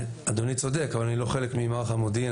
אדוני צודק אבל אני לא חלק ממערך המודיעין,